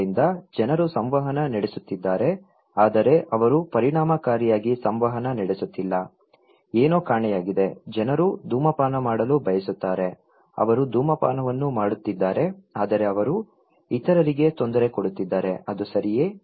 ಆದ್ದರಿಂದ ಜನರು ಸಂವಹನ ನಡೆಸುತ್ತಿದ್ದಾರೆ ಆದರೆ ಅವರು ಪರಿಣಾಮಕಾರಿಯಾಗಿ ಸಂವಹನ ನಡೆಸುತ್ತಿಲ್ಲ ಏನೋ ಕಾಣೆಯಾಗಿದೆ ಜನರು ಧೂಮಪಾನ ಮಾಡಲು ಬಯಸುತ್ತಾರೆ ಅವರು ಧೂಮಪಾನ ಮಾಡುತ್ತಿದ್ದಾರೆ ಆದರೆ ಅವರು ಇತರರಿಗೆ ತೊಂದರೆ ಕೊಡುತ್ತಿದ್ದಾರೆ ಅದು ಸರಿಯೇ